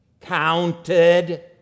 counted